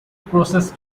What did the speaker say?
process